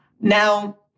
Now